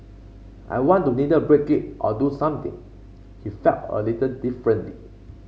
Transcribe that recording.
I wanted to either break it or do something he felt a little differently